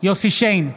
יוסף שיין,